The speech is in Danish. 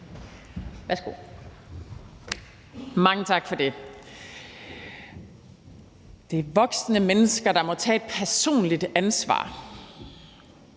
Mange tak for det. Det er voksne mennesker, der må tage et personligt ansvar.